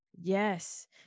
yes